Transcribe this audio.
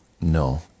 No